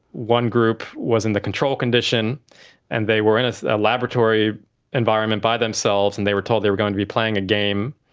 one group was in the control condition and they were in a laboratory environment by themselves and they were told they were going to be playing a game.